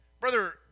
Brother